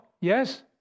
Yes